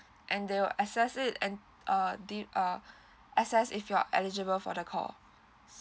and they will assess it and uh do uh assess if you're eligible for the call